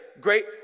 great